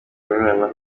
urunana